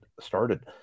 started